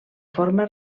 forma